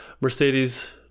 Mercedes